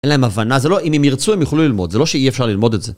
אין להם הבנה, זה לא אם הם ירצו הם יוכלו ללמוד, זה לא שאי אפשר ללמוד את זה.